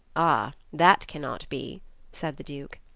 ah! that cannot be said the duke.